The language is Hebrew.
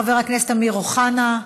חבר הכנסת אמיר אוחנה,